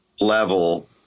level